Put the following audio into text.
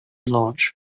launch